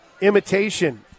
imitation